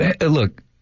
look